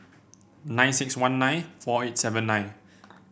nine six one nine four eight seven nine